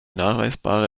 nachweisbare